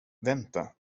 vänta